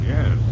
Yes